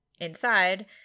inside